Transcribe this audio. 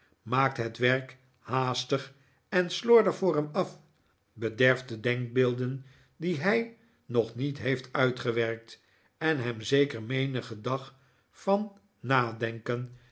maakt het werk haastig en slordig voor hem af bederft de denkbeelden die hij nog niet heeft uitgewerkt en hem zeker menigen dag van nadenken